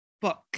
book